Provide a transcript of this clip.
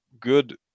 good